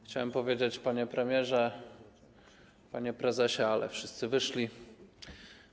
Chciałem powiedzieć: panie premierze, panie prezesie, ale wszyscy wyszli.